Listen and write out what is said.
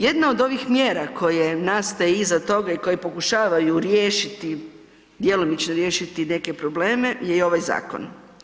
Jedna od ovih mjera koje nastaje iza toga i koje pokušavaju riješiti, djelomično riješiti neke probleme je i ovaj zakon.